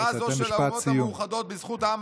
"הכרה זו של האומות המאוחדות בזכות העם